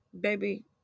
Baby